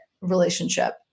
Relationship